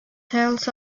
tales